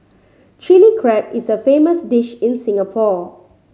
Chilli Crab is a famous dish in Singapore